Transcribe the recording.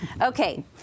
Okay